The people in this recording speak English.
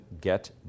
get